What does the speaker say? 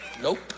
Nope